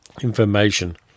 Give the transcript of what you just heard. information